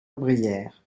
brillèrent